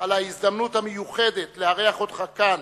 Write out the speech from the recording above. על ההזדמנות המיוחדת לארח אותך כאן,